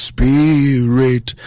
Spirit